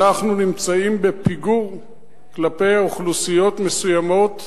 אנחנו נמצאים בפיגור מול אוכלוסיות מסוימות,